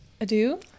Adieu